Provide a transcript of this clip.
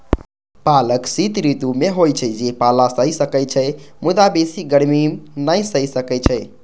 पालक शीत ऋतु मे होइ छै, जे पाला सहि सकै छै, मुदा बेसी गर्मी नै सहि सकै छै